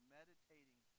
meditating